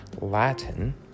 Latin